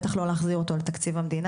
בטח לא להחזיר אותו על תקציב המדינה,